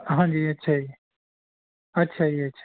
ਹਾਂਜੀ ਅੱਛਾ ਜੀ ਅੱਛਾ ਜੀ ਅੱਛਾ